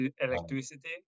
electricity